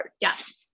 Yes